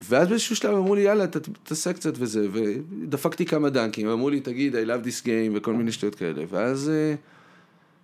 ואז באיזשהו שלב אמרו לי, יאללה, תעשה קצת וזה, ודפקתי כמה דנקים, אמרו לי, תגיד, I love this game, וכל מיני שטויות כאלה, ואז...